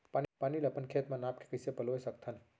पानी ला अपन खेत म नाप के कइसे पलोय सकथन?